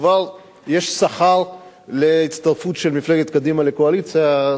כבר יש שכר להצטרפות של מפלגת קדימה לקואליציה,